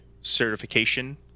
certification